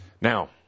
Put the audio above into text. Now